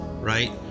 right